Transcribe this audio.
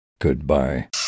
Goodbye